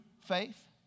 faith